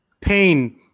pain